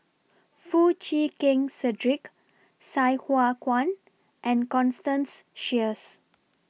Foo Chee Keng Cedric Sai Hua Kuan and Constance Sheares